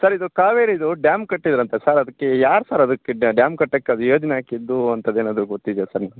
sir ಇದು ಕಾವೇರಿದು dam ಕಟ್ಟಿದ್ದರಂತೆ ಸರ್ ಅದ್ಕೆ ಯಾರು ಸರ್ ಅದಕ್ಕೆ ಡ್ಯಾಮ್ ಕಟ್ಟಕ್ಕೆ ಅದು ಯೋಜನೆ ಹಾಕಿದ್ದು ಅಂಥದ್ ಏನಾದರು ಗೊತ್ತಿದ್ಯಾ ಸರ್ ನಿಮಗೆ